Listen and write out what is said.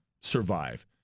survive